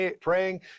praying